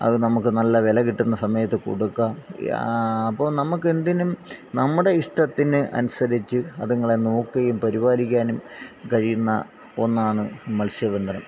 അത് നമുക്ക് നല്ല വില കിട്ടുന്ന സമയത്ത് കൊടുക്കാം അപ്പോൾ നമുക്കെന്തിനും നമ്മുടെ ഇഷ്ടത്തിന് അനുസരിച്ച് അതിങ്ങളെ നോക്കുകയും പരിപാലിക്കാനും കഴിയുന്ന ഒന്നാണ് മൽസ്യബന്ധനം